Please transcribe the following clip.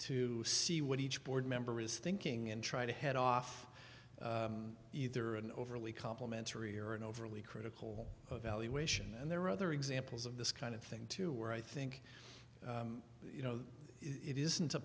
to see what each board member is thinking and try to head off either an overly complimentary or an overly critical evaluation and there are other examples of this kind of thing too where i think you know it isn't a